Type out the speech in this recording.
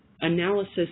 analysis